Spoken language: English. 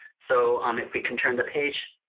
so um if we can turn the page,